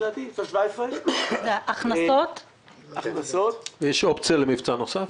יש אופציה למבצע נוסף?